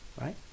right